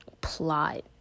plot